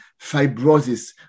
fibrosis